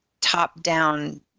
top-down